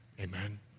Amen